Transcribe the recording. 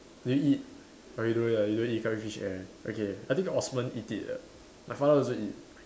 do you eat orh you don't eat ah you don't eat curry fish head okay I think Osman eat it ah my father also eat